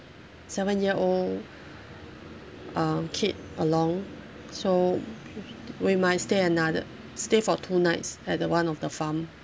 seven year old um kid along so we might stay another stay for two nights at the one of the farm